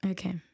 Okay